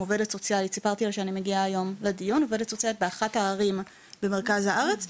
עובדת סוציאלית באחד הערים במרכז הארץ,